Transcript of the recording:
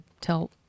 tell